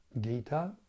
Gita